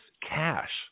cash